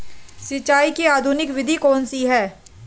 सिंचाई की आधुनिक विधि कौन सी है?